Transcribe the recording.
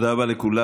תודה רבה לכולם.